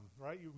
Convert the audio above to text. right